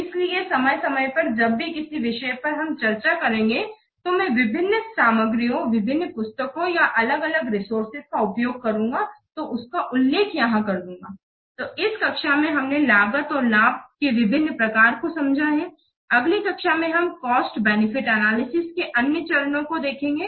इसलिए समय समय पर जब भी किसी विषय पर हम चर्चा करेंगे तो मैं विभिन्न सामग्रियों विभिन्न पुस्तकों या अलग अलग रिसोर्सेज का उपयोग करूँगा तो उनका उल्लेकख यहाँ कर दूंगा l तो इस कक्षा में हमने लागत और लाभ के विभिन्न प्रकार को समझा है अगली कक्षा में हम कॉस्ट बेनिफिट एनालिसिस के अन्य चरणों को देखेंगे